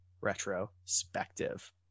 retrospective